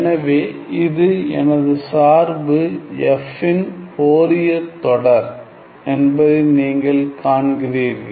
எனவே இது எனது சார்பு f இன் ஃபோரியர் தொடர் என்பதை நீங்கள் காண்கிறீர்கள்